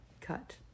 Cut